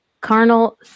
carnal